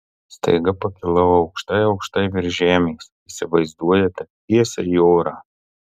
staiga pakilau aukštai aukštai virš žemės įsivaizduojate tiesiai į orą